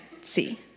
see